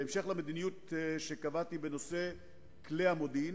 בהמשך למדיניות שקבעתי בנושא כלי המודיעין,